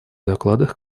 докладах